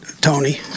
Tony